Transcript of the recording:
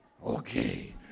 Okay